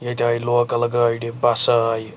ییٚتہِ آیہِ لوکَل گاڑِ بَسہٕ آیہِ